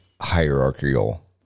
hierarchical